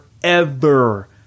forever